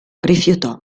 rifiutò